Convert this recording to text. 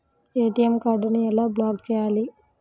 ATM కార్డుని ఎలా block చేయాలి?